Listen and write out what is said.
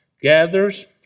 gathers